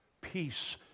Peace